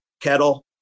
kettle